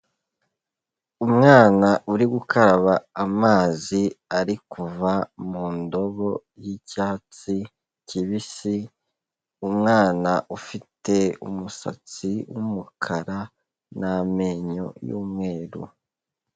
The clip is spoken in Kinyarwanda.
Umwana uri gukaraba amazi ari kuva mu ndobo y'icyatsi kibisi, umwana ufite umusatsi w'umukara n'amenyo y'umweru.